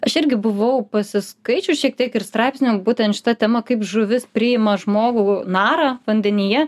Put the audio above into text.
aš irgi buvau pasiskaičius šiek tiek ir straipsnių būtent šita tema kaip žuvis priima žmogų narą vandenyje